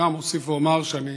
גם אוסיף ואומר שאני